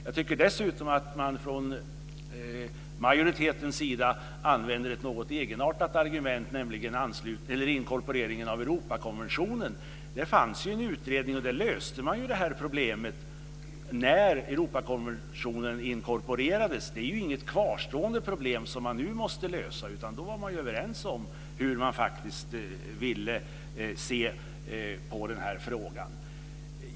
Jag tycker dessutom att majoriteten använder ett något egenartat argument, nämligen inkorporeringen av Europakonventionen. Det fanns ju en utredning som löste det här problemet när Europakonventionen inkorporerades. Det är inget kvarstående problem som man nu måste lösa, utan då var man överens om synen på den här frågan.